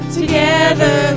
together